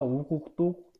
укуктук